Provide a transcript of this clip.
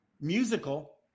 musical